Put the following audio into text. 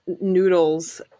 noodles